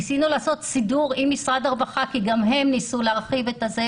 ניסינו לעשות סידור עם משרד הרווחה כי גם הם ניסו להרחיב את זה.